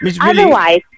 Otherwise